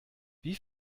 wie